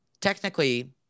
technically